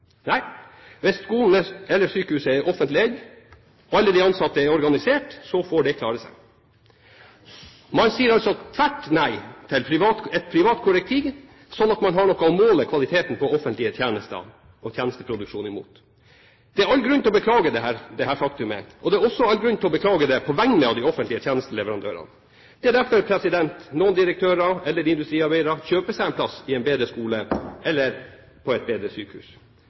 Nei, hvis skolen eller sykehuset er offentlig eid og alle de ansatte er organisert, får det klare seg. Man sier altså tvert nei til et privat korrektiv, slik at man har noe å måle kvaliteten på offentlig tjenesteproduksjon mot. Det er all grunn til å beklage dette faktumet. Det er også all grunn til å beklage det på vegne av de offentlige tjenesteleverandørene. Det er derfor noen direktører eller industriarbeidere kjøper seg en plass i en bedre skole eller på et bedre sykehus.